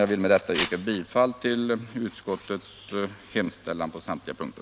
Jag vill med detta yrka bifall till utskottets hemställan på samtliga punkter.